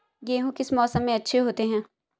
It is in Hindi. गेहूँ किस मौसम में अच्छे होते हैं?